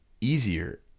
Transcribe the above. easier